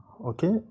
okay